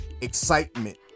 excitement